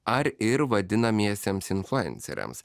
ar ir vadinamiesiems influenceriams